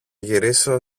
γυρίσω